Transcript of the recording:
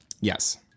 yes